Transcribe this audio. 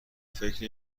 فکر